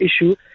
issue